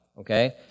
Okay